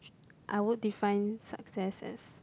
I would define success as